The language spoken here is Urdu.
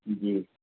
جی